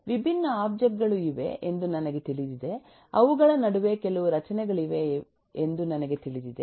ವಿಭಿನ್ನ ಒಬ್ಜೆಕ್ಟ್ ಗಳು ಇವೆ ಎಂದು ನನಗೆ ತಿಳಿದಿದೆ ಅವುಗಳ ನಡುವೆ ಕೆಲವು ರಚನೆಗಳಿವೆ ಇವೆ ಎಂದು ನನಗೆ ತಿಳಿದಿದೆ